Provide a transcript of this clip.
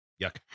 Yuck